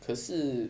可是